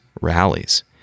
rallies